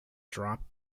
dropped